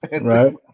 Right